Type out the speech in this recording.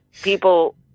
people